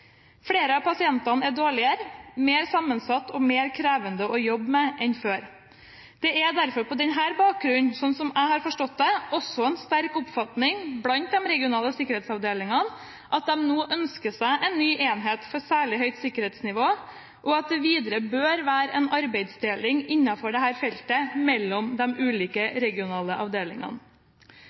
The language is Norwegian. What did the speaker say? Flere av pasientene er dårlige, mer sammensatte og mer krevende å jobbe med enn før. Det er derfor på denne bakgrunn, slik jeg har forstått det, også en sterk oppfatning blant de regionale sikkerhetsavdelingene at de nå ønsker seg en ny enhet for særlig høyt sikkerhetsnivå, og at det videre bør være en arbeidsdeling innenfor dette feltet mellom de ulike regionale avdelingene.